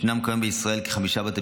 ישנם כיום בישראל כחמישה בתי